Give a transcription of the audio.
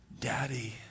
Daddy